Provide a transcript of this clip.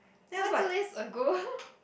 why two days ago